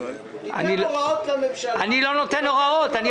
תן הוראות לממשלה --- אני לא נותן הוראות לממשלה,